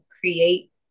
create